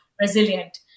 resilient